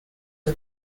for